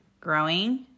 Growing